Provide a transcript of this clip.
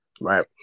right